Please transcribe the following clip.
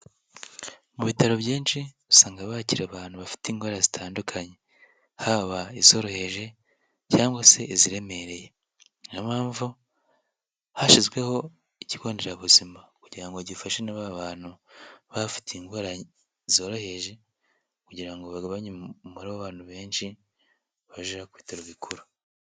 Mu bitaro byinshi usanga bakira abantu bafite indwara zitandukanye. Haba izoroheje cyangwa se iziremereye, niyo mpamvu hashyizweho ikigo nderabuzima kugira ngo gifashe naba bantu baba bafite indwara zoroheje kugira ngo bagabanye umubare w'abantu benshi bajya ku bitaro bikuru.